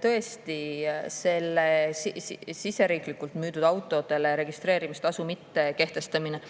Tõesti, siseriiklikult müüdud autodele registreerimistasu mittekehtestamine,